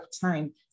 time